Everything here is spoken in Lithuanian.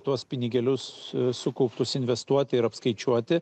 tuos pinigėlius sukauptus investuoti ir apskaičiuoti